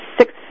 six